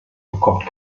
bekommt